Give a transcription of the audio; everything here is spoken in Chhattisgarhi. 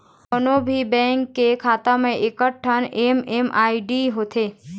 कोनो भी बेंक के खाता म एकठन एम.एम.आई.डी होथे